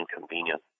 inconvenience